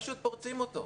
פשוט פורצים אותו.